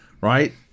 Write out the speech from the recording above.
right